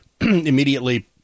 immediately